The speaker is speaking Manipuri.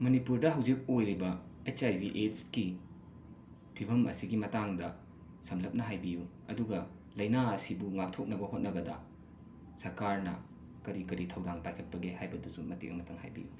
ꯃꯅꯤꯄꯨꯔꯗ ꯍꯧꯖꯤꯛ ꯑꯣꯏꯔꯤꯕ ꯑꯩꯠꯆ ꯑꯥꯏ ꯕꯤ ꯑꯦꯠꯁꯀꯤ ꯐꯤꯕꯝ ꯑꯁꯤꯒꯤ ꯃꯇꯥꯡꯗ ꯁꯝꯂꯞꯅ ꯍꯥꯏꯕꯤꯌꯨ ꯑꯗꯨꯒ ꯂꯩꯅꯥ ꯑꯁꯤꯕꯨ ꯉꯥꯛꯊꯣꯛꯅꯕ ꯍꯣꯠꯅꯕꯗ ꯁꯔꯀꯥꯔꯅ ꯀꯔꯤ ꯀꯔꯤ ꯊꯧꯗꯥꯡ ꯄꯥꯏꯈꯠꯄꯒꯦ ꯍꯥꯏꯕꯗꯨꯁꯨ ꯃꯇꯦꯛ ꯑꯃꯇꯪ ꯍꯥꯏꯕꯤꯌꯨ